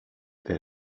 det